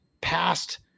past